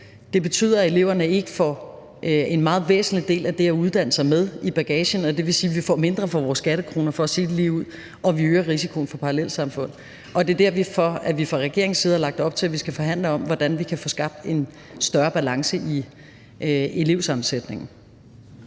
Det betyder, at eleverne ikke får en meget væsentlig del af det at uddanne sig med i bagagen, og det vil sige, at vi får mindre for vores skattekroner, for at sige det ligeud, og vi øger risikoen for parallelsamfund. Det er derfor, vi fra regeringens side har lagt op til, at vi skal forhandle om, hvordan vi kan få skabt en større balance i elevsammensætningen.